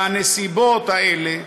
בנסיבות האלה,